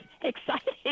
Exciting